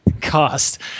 Cost